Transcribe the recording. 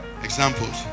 examples